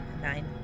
Nine